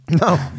no